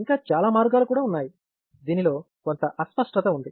ఇంకా చాలా మార్గాలు కూడా ఉన్నాయి దీనిలో కొంత అస్పష్టత ఉంది